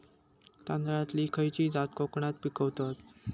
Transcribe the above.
तांदलतली खयची जात कोकणात पिकवतत?